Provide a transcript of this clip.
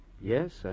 Yes